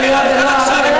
אני מצטערת.